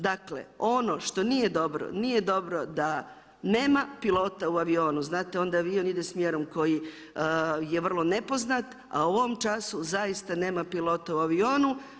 Dakle ono što nije dobro, nije dobro da nema pilota u avionu, znate onda avion ide smjerom koji je vrlo nepoznat a u ovom času zaista nema pilota u avionu.